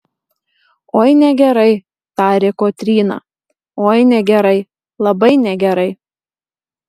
oi negerai tarė kotryna oi negerai labai negerai